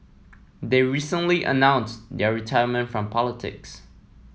they recently announced their retirement from politics